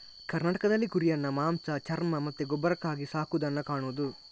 ಕರ್ನಾಟಕದಲ್ಲಿ ಕುರಿಯನ್ನ ಮಾಂಸ, ಚರ್ಮ ಮತ್ತೆ ಗೊಬ್ಬರಕ್ಕಾಗಿ ಸಾಕುದನ್ನ ಕಾಣುದು